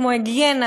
היגיינה,